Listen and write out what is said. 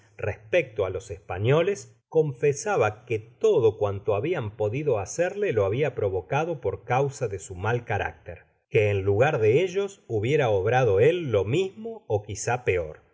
respecto á los españoles confesaba que todo cuanto habian podido hacerle lo habia provocado por causa de su mal carácter que en lugar de ellos hubiera obrado él lo mismo é quizá peor